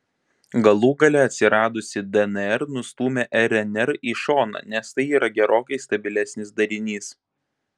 galų gale atsiradusi dnr nustūmė rnr į šoną nes tai yra gerokai stabilesnis darinys